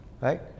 Right